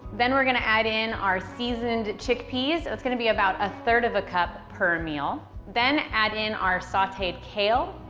then we're gonna add in our seasoned chickpeas. it's going to be about a third of a cup per meal. then add in our sauteed kale,